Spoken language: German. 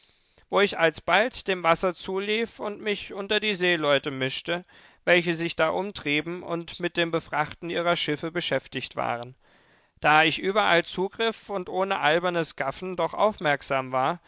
wo ich alsbald dem wasser zulief und mich unter die seeleute mischte welche sich da umtrieben und mit dem befrachten ihrer schiffe beschäftigt waren da ich überall zugriff und ohne albernes gaffen doch aufmerksam war